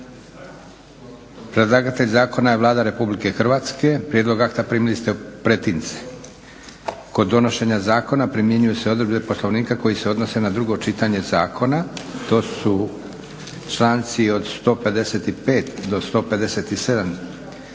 Predlagatelj zakona je Vlada RH. Prijedlog akta primili ste u pretince. Kod donošenja zakona primjenjuju se odredbe Poslovnika koje se odnose na drugo čitanje zakona. To su članci od 155. do 157.